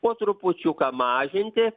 po trupučiuką mažinti